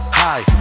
high